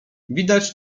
widać